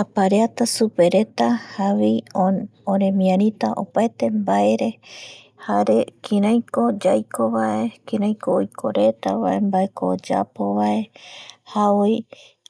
Apareata supereta jaema oremiarita opaete mbaere jare kiraiko yaiyaiko vae kiraiko oikovae mbaeko oyapovae javoi